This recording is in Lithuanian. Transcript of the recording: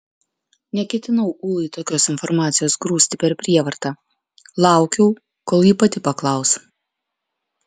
neketinau ulai tokios informacijos grūsti per prievartą laukiau kol ji pati paklaus